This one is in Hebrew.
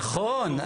נכון.